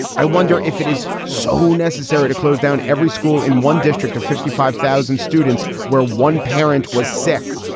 i wonder if it is so necessary to close down every school in one district of fifty five thousand students where one parent was sick?